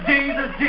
Jesus